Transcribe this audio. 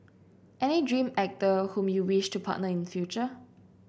any dream actor whom you wish to partner in future